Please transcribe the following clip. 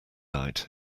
night